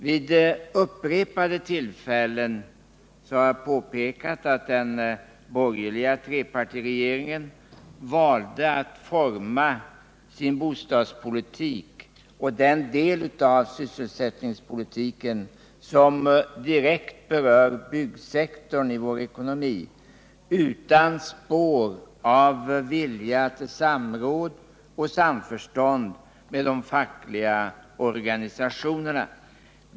Vid upprepade tillfällen har jag påpekat att den borgerliga trepartiregeringen valde att forma sin bostadspolitik och den del av sysselsättningspolitiken som direkt berör byggsektorn i vår ekonomi utan spår av vilja till 19 samråd och samförstånd med de fackliga organisationerna.